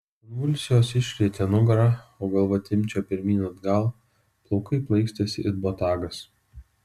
konvulsijos išrietė nugarą o galva timpčiojo pirmyn atgal plaukai plaikstėsi it botagas